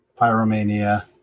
Pyromania